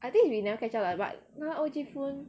I think is we never catch up liao but now L_G phone